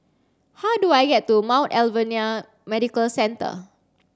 how do I get to Mount Alvernia Medical Centre